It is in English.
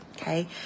Okay